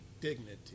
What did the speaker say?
dignity